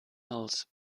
else